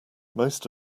most